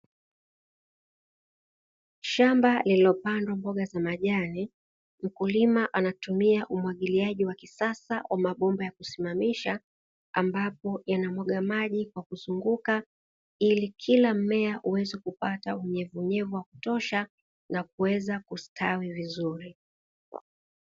Shamba lililopandwa mboga za majani, mkulima anatumia umwagiliaji wa kisasa wa mabomba ya kusimamisha, ambapo yana mwaga maji kwa kuzunguka, ili kila mmea uweze kupata unyevuunyevu wakutosha na kuweza kustawi vizuri.